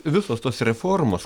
vsos tos reformos